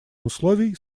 условий